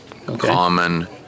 common